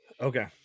okay